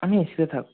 আমি এসিতে থাকবো